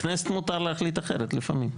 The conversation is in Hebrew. לכנסת מותר להחליט אחרת לפעמים.